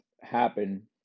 happen